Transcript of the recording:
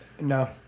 No